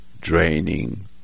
draining